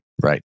Right